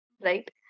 right